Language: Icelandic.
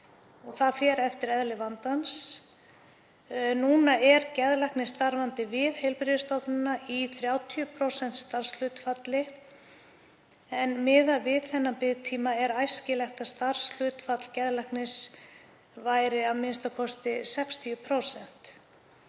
Það fer eftir eðli vandans. Núna er geðlæknir starfandi við heilbrigðisstofnunina í 30% starfshlutfalli en miðað við þennan biðtíma er æskilegt að starfshlutfall geðlæknis væri a.m.k. 60%.